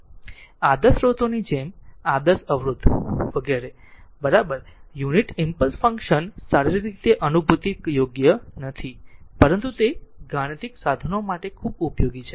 આદર્શ સ્રોતોની જેમ આદર્શ અવરોધ વગેરે બરાબર યુનિટ ઈમ્પલસ ફંક્શન શારીરિક રીતે અનુભૂતિ યોગ્ય નથી પરંતુ તે ગાણિતિક સાધનો માટે ખૂબ ઉપયોગી છે